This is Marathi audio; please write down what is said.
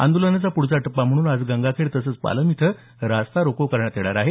आंदोलनाचा पुढचा टप्पा म्हणून आज गंगाखेड तसंच पालम इथं रास्ता रोको आंदोलन करण्यात येणार आहे